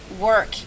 work